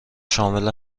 شامل